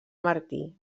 martí